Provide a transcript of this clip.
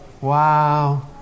wow